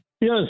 Yes